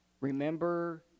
remember